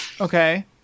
Okay